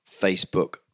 Facebook